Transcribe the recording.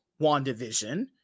WandaVision